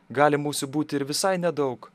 galim užsibūti ir visai nedaug